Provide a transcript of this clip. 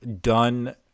done –